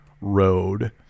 road